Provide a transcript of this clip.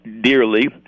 dearly